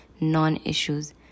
non-issues